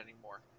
anymore